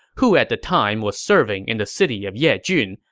who at the time was serving in the city of yejun,